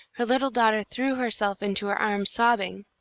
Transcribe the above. her little daughter threw herself into her arms, sobbing,